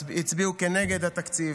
הצביעו נגד התקציב.